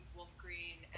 Wolfgreen